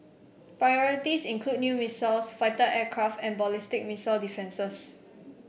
priorities include new missiles fighter aircraft and ballistic missile defences